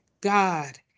God